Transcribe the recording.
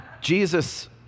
Jesus